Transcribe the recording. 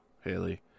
Haley